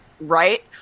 right